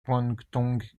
guangdong